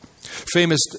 famous